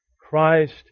Christ